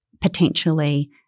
potentially